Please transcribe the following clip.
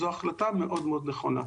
זו החלטה מאוד מאוד נכונה.